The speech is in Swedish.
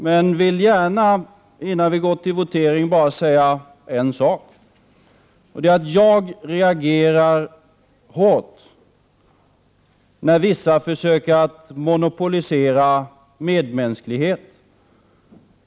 Men jag vill gärna, innan vi går till votering, säga ett par saker. Jag reagerar hårt när vissa försöker att monopolisera medmänsklighet.